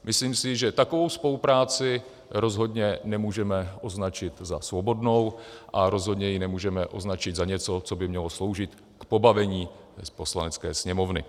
Myslím si, že takovou spolupráci rozhodně nemůžeme označit za svobodnou a rozhodně ji nemůžeme označit za něco, co by mělo sloužit k pobavení Poslanecké sněmovny.